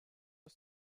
ist